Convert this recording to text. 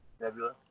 Nebula